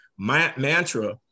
mantra